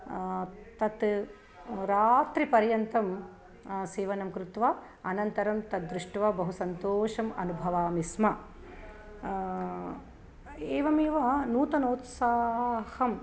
तत् रात्रिपर्यन्तं सीवनं कृत्वा अनन्तरं तद्दृष्ट्वा बहु सन्तोषम् अनुभवामि स्म एवमेव नूतनोत्साहं